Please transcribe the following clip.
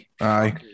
Aye